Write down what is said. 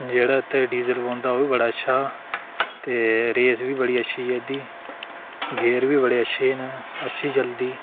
जेह्ड़ा इत्थै डीजल पौंदा ओह् बी बड़ा अच्छा ते रेस बी बड़ी अच्छी ऐ एह्दी गेह्र बी बड़े अच्छे न अच्छी चलदी